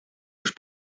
лишь